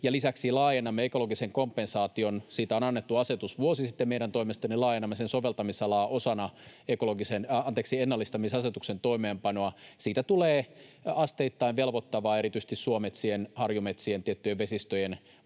lisäksi laajennamme ekologisen kompensaation. Siitä on annettu asetus vuosi sitten meidän toimestamme. Me laajennamme sen soveltamisalaa osana ennallistamisasetuksen toimeenpanoa. Siitä tulee asteittain velvoittava erityisesti suometsien, harjumetsien ja tiettyjen vesistöjen